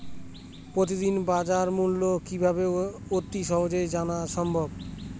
প্রতিদিনের বাজারমূল্য কিভাবে অতি সহজেই জানা সম্ভব?